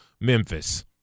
Memphis